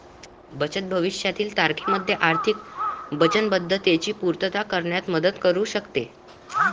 बचत भविष्यातील तारखेमध्ये आर्थिक वचनबद्धतेची पूर्तता करण्यात मदत करू शकते